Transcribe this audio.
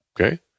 Okay